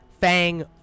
Fang